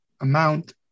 amount